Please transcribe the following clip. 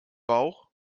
bauch